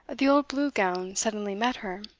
the old blue-gown suddenly met her.